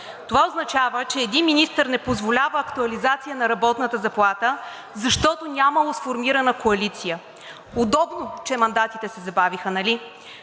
Това означава, че един министър не позволява актуализация на работната заплата, защото нямало сформирана коалиция. Удобно, че мандатите се забавиха, нали?